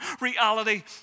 reality